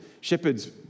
Shepherds